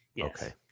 Okay